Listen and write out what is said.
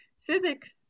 physics